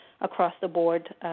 across-the-board